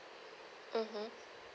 mmhmm